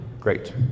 great